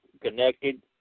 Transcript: connected